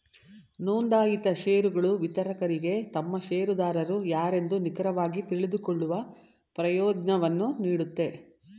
ನೊಂದಾಯಿತ ಶೇರುಗಳು ವಿತರಕರಿಗೆ ತಮ್ಮ ಶೇರುದಾರರು ಯಾರೆಂದು ನಿಖರವಾಗಿ ತಿಳಿದುಕೊಳ್ಳುವ ಪ್ರಯೋಜ್ನವನ್ನು ನೀಡುತ್ತೆ